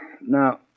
Now